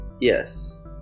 Yes